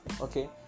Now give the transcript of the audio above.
Okay